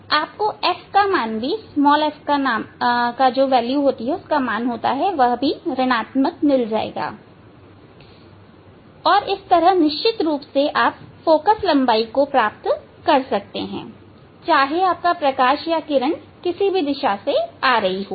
आपको f का मान भी ऋणआत्मक मिल जाएगा और निश्चित रूप से आप फोकस लंबाई प्राप्त कर सकते हैं चाहे प्रकाश की जो भी दिशा हो